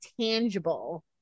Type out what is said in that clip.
tangible